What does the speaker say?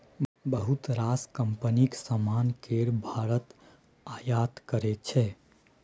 बहुत रास कंपनीक समान केँ भारत आयात करै छै